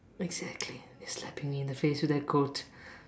exactly slapping me in the face with that quote